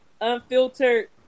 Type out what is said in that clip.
unfiltered